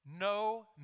no